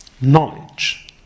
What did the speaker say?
knowledge